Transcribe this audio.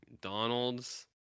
Donald's